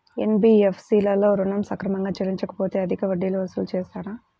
NBFC లలో ఋణం సక్రమంగా చెల్లించలేకపోతె అధిక వడ్డీలు వసూలు చేస్తారా?